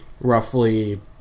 roughly